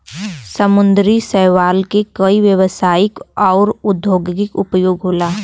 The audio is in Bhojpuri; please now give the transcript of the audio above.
समुंदरी शैवाल के कई व्यवसायिक आउर औद्योगिक उपयोग होला